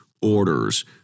orders